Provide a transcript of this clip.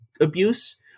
abuse